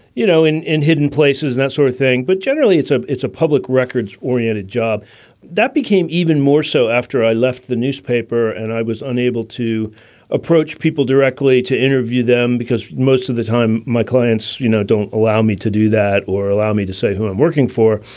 you know, in in hidden places, that sort of thing. but generally, it's a it's a public records oriented job that became even more so after i left the newspaper. and i was unable to approach people directly to interview them, because most of the time my clients, you know, don't allow me to do that or allow me to say who i'm working for.